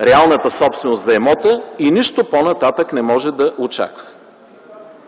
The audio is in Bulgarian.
реалната собственост на имота и по-нататък нищо не може да очаква.